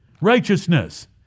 Righteousness